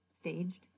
staged